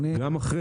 גם אחרי.